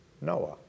Noah